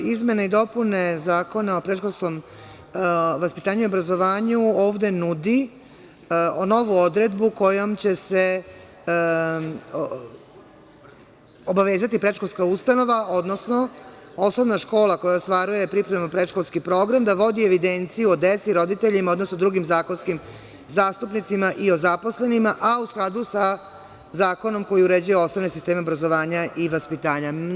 Izmene i dopune Zakona o predškolskom vaspitanju i obrazovanju ovde nudi novu odredbu kojom će se obavezati predškolska ustanova, odnosno osnovna škola koja ostvaruje pripremnu predškolski program da vodi evidenciju o deci, roditeljima, odnosno o drugim zakonskim zastupnicima i o zaposlenima, a u skladu sa Zakonom koji uređuje osnovne sisteme obrazovanja i vaspitanja.